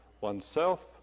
oneself